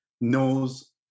knows